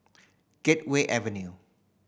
Gateway Avenue